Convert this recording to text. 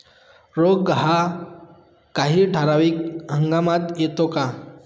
रोग हा काही ठराविक हंगामात येतो का?